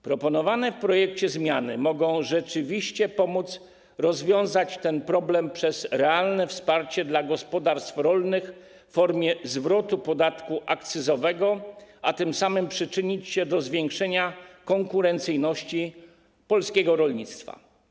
Proponowane w projekcie zmiany mogą rzeczywiście pomóc rozwiązać ten problem przez realne wsparcie gospodarstw rolnych w formie zwrotu podatku akcyzowego, a tym samym przyczynić się do zwiększenia konkurencyjności polskiego rolnictwa.